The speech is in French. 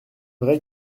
vrai